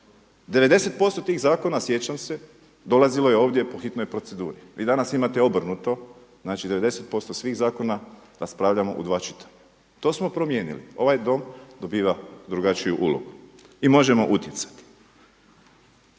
90% tih zakona sjećam se dolazilo je ovdje po hitnoj proceduri. Vi danas imate obrnuto, znači 90% svih zakona raspravljamo u dva čitanja. To smo promijenili. Ovaj Dom dobiva drugačiju ulogu i možemo utjecati.